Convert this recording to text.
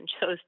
chose